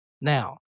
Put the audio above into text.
Now